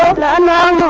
man man